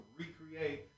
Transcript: recreate